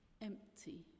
empty